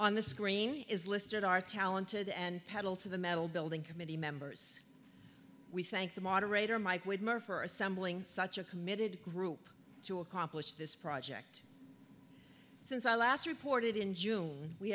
on the screen is listed are talented and pedal to the metal building committee members we thank the moderator mike widmer for assembling such a committed group to accomplish this project since our last reported in june we